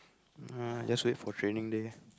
ah just wait for training day